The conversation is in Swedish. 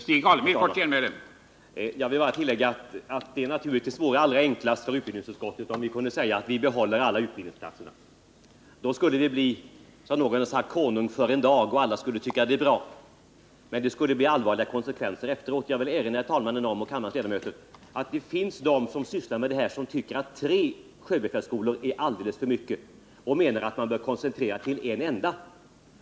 Herr talman! Jag vill bara tillägga att det naturligtvis vore allra enklast för utbildningsutskottet om vi hade kunnat säga att vi skall bibehålla alla utbildningsplatser. Då skulle utbildningsutskottet bli konung för en dag, som någon har sagt, och alla skulle tycka att det är bra. Men det skulle bli allvarliga konsekvenser efteråt. Jag vill erinra herr talmannen och kammarens ledamöter om att det finns de som sysslar med detta som tycker att tre sjöbefälsskolor är alldeles för mycket och att man borde koncentrera utbildningen till en enda.